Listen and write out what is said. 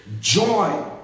Joy